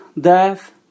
death